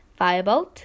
firebolt